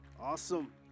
Awesome